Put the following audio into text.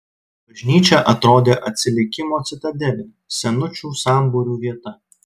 bažnyčia atrodė atsilikimo citadelė senučių sambūrių vieta